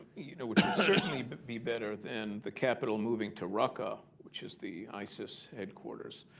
you know, it would certainly but be better than the capital moving to raqqa, which is the isis headquarters.